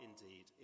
indeed